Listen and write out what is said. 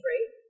Right